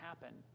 happen